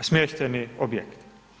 smještajni objekti.